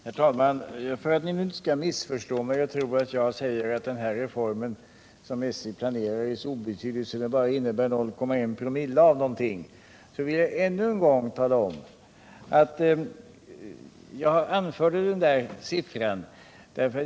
Herr talman! För att ni inte skall missförstå mig och tro att jag menar att den reform som SJ planerar är så obetydlig, att den totalt kan beskrivas i termer av 0,1 ?/oo0 av något vill jag än en gång tala om varför jag anförde denna siffra.